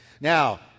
Now